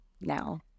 now